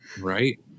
Right